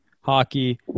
hockey